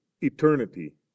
eternity